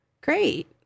great